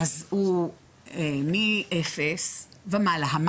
מאפס ומעלה.